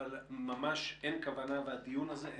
אבל אין ממש כוונה בדיון הזה.